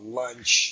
lunch